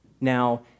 Now